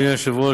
אדוני היושב-ראש,